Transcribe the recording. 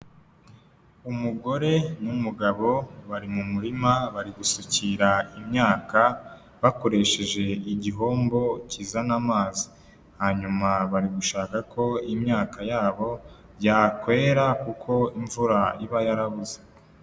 Umugore n'umugabo bari mu murima bari gusukira imyaka bakoresheje igihombo kizana amazi, hanyuma bari gushaka ko imyaka yabo yakwera kuko imvura iba yarabuze.